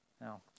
Now